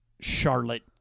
Charlotte